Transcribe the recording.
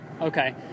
okay